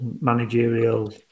managerial